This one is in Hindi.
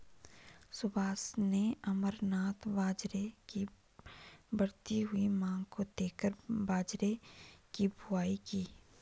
सुभाष ने अमरनाथ बाजरे की बढ़ती हुई मांग को देखकर बाजरे की बुवाई की